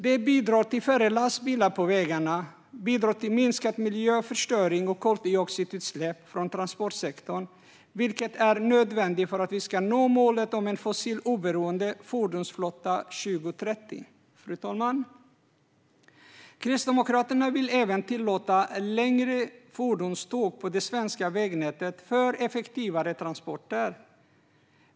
Det bidrar till färre lastbilar på vägarna, minskad miljöförstöring och minskade koldioxidutsläpp från transportsektorn, vilket är nödvändigt för att vi ska nå målet om en fossiloberoende fordonsflotta 2030. Fru talman! Kristdemokraterna vill även tillåta längre fordonståg i det svenska vägnätet, för effektivare transporter.